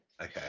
okay